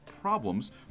problems